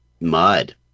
mud